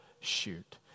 shoot